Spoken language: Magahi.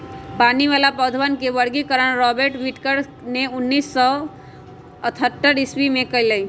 पानी वाला पौधवन के वर्गीकरण रॉबर्ट विटकर ने उन्नीस सौ अथतर ईसवी में कइलय